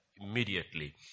immediately